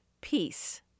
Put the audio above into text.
peace